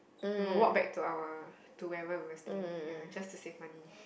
we will walk back to our to wherever we resting ya just to save money